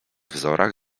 wzorach